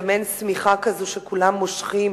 זה מעין שמיכה כזאת שכולם מושכים,